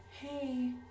hey